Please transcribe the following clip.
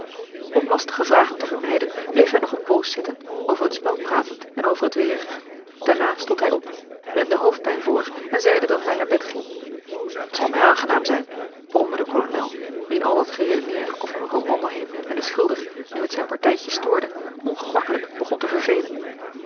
om lastige vragen te vermijden bleef hij nog een poos zitten over het spel pratend en over het weer daarna stond hij op wendde hoofdpijn voor en zeide dat hij naar bed ging t zal mij aangenaam zijn bromde de kolonel wien al dat geredeneer over mevrouw wandelheem en den schilder nu het zijn partijtje stoorde ongemakkelijk begon te vervelen